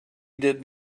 did